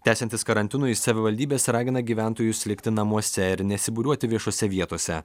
tęsiantis karantinui savivaldybės ragina gyventojus likti namuose ir nesibūriuoti viešose vietose